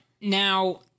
Now